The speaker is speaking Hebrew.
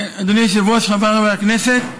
אדוני היושב-ראש, חבריי חברי הכנסת,